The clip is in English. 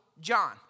John